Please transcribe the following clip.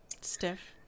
stiff